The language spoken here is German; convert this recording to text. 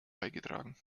beigetragen